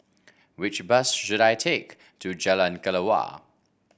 which bus should I take to Jalan Kelawar